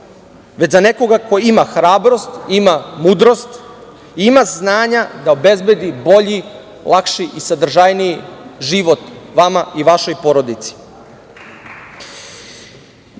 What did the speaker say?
već za nekoga ko ima hrabrost, ima mudrost, ima znanja da obezbedi bolji, lakši i sadržajniji život vama i vašoj porodici. Zato